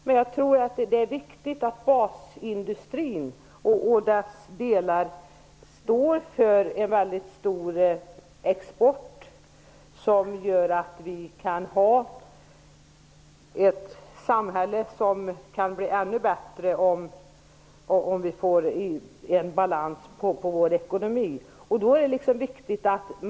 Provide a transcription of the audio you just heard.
Men jag tror att det är viktigt att basindustrin och dess delar står för en stor export så att vårt samhälle kan bli ännu bättre, förutsatt att vi får balans i vår ekonomi.